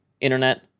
internet